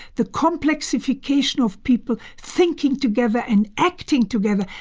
the complexification of people thinking together and acting together.